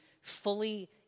fully